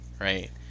right